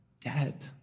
dead